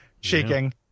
shaking